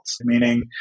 meaning